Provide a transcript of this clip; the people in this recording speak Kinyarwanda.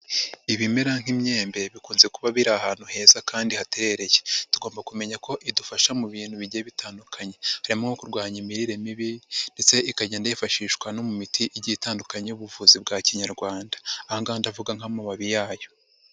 Ibimera nk'imyembe bikunze kuba biri ahantu heza kandi haterereye. Tugomba kumenya ko idufasha mu bintu bigiye bitandukanye. Harimo nko kurwanya imirire mibi ndetse ikagenda yifashishwa no mu miti igiye itandukanye y'ubuvuzi bwa kinyarwanda. Aha ngaha ndavuga nk'amababi yayo.